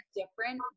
different